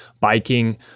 biking